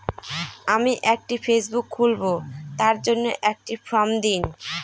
আমি একটি ফেসবুক খুলব তার জন্য একটি ফ্রম দিন?